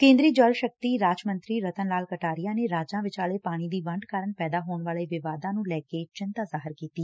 ਕੇਂਦਰੀ ਜਲ ਸ਼ਕਤੀ ਰਾਜ ਮੰਤਰੀ ਰਤਨ ਲਾਲ ਕਟਾਰੀਆ ਨੇ ਰਾਜਾਂ ਵਿਚਾਲੇ ਪਾਣੀ ਦੀ ਵੰਡ ਕਾਰਨ ਪੈਦਾ ਹੋਣ ਵਾਲੇ ਵਿਵਾਦਾਂ ਨੂੰ ਲੈ ਕੇ ਚਿੰਤਾ ਜ਼ਾਹਿਰ ਕੀਤੀ ਐ